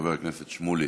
חבר הכנסת שמולי,